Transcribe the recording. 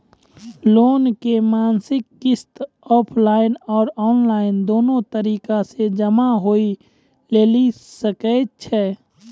Loan के मासिक किस्त ऑफलाइन और ऑनलाइन दोनो तरीका से जमा होय लेली सकै छै?